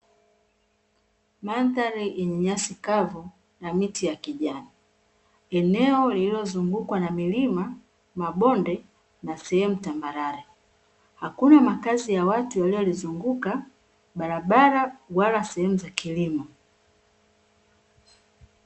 Mandhari yenye nyasi kavu na miti ya kijani, eneo lililozunguukwa na milima mabonde na sehemu tambarare hakuna makazi ya watu linalolizunguuka barabara wala sehemu za kilimo.